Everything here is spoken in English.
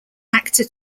actor